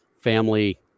family